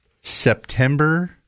September